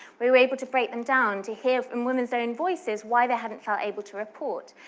we were able to break them down, to hear from women's own voices why they haven't felt able to report,